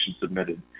submitted